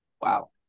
Wow